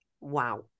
Wow